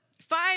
five